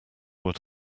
what